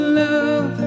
love